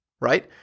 right